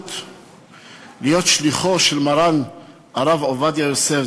הזכות להיות שליחו של מרן הרב עובדיה יוסף,